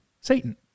Satan